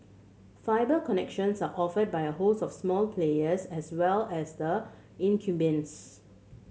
fibre connections are offered by a host of small players as well as the incumbents